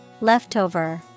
Leftover